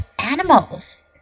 animals